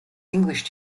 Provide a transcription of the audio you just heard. english